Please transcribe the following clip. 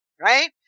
Right